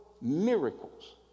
miracles